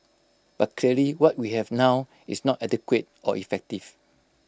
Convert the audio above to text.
but clearly what we have now is not adequate or effective